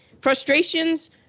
frustrations